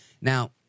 Now